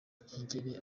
bwigere